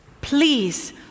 Please